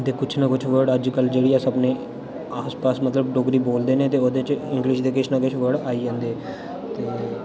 दे कुछ ना कुछ वर्ड अज्जकल जेहड़े अस अपने आस पास मतलब डोगरी बोलदे न ते ओह्दे च इंग्लिश दे किश ना किश वर्ड आई जन्दे ते